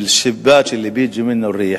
אל-שֻבַּאכּ אִלְלִי בִּיגִ'י מִנְהֻ אל-רִיח,